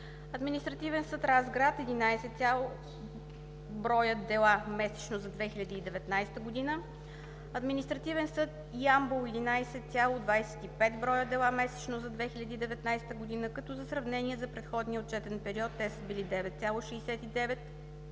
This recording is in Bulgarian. Административен съд – Разград: 11,00 дела месечно за 2019 г.; Административен съд – Ямбол: 11,25 дела месечно за 2019 г., като за сравнение – за предходния отчетен период те са били 9,69 дела